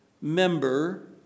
member